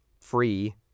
free